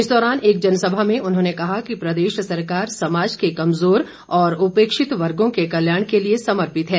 इस दौरान एक जनसभा में उन्होंने कहा कि प्रदेश सरकार समाज के कमजोर और उपेक्षित वर्गो के कल्याण के लिए समर्पित है